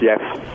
Yes